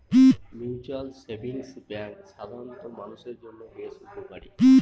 mutual savings bank সাধারন মানুষের জন্য বেশ উপকারী